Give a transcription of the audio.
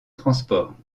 transports